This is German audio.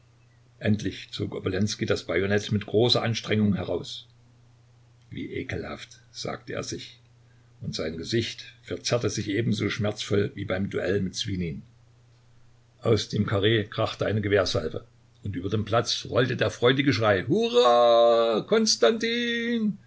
endlich zog obolenskij das bajonett mit großer anstrengung heraus wie ekelhaft sagte er sich und sein gesicht verzerrte sich ebenso schmerzvoll wie beim duell mit swinjin aus dem karree krachte eine gewehrsalve und über den platz rollte der freudige schrei hurra